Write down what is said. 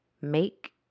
Make